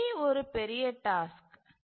D ஒரு பெரிய task